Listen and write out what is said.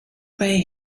pay